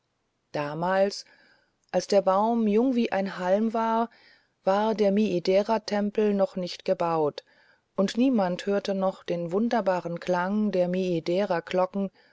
damals als der baum jung wie ein halm war war aber der miideratempel noch nicht gebaut und niemand hörte noch den wunderbaren klang der